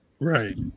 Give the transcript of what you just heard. right